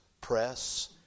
press